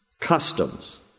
customs